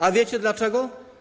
A wiecie dlaczego?